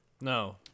No